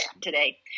today